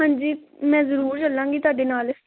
ਹਾਂਜੀ ਮੈਂ ਜ਼ਰੂਰ ਚੱਲਾਂਗੀ ਤੁਹਾਡੇ ਨਾਲ